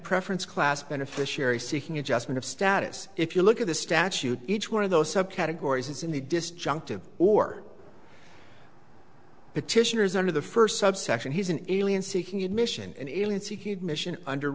preference class beneficiary seeking adjustment of status if you look at the statute each one of those subcategories is in the disjunctive or petitioners under the first subsection he's an alien seeking admission an alien seeking admission under